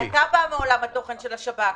אתה בא מעולם התוכן של השב"כ.